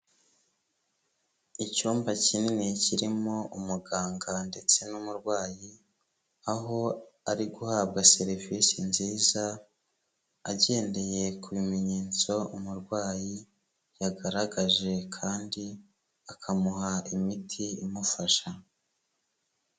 Icyumba kinini kirimo umuganga ndetse n'umurwayi, aho ari guhabwa serivisi nziza agendeye ku bimenyetso umurwayi yagaragaje kandi akamuha imiti imufasha.